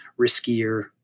riskier